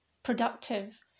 productive